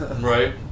Right